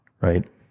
right